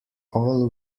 all